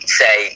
say